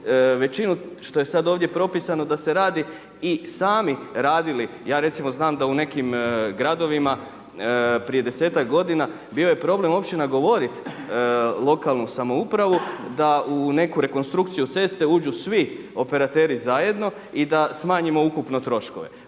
većinu što je sad ovdje propisano da se radi i sami radili. Ja recimo znam da u nekim gradovima prije desetak godina bio je problem opće nagovorit lokalnu samoupravu da u neku rekonstrukciju ceste uđu svi operateri zajedno i da smanjimo ukupno troškove.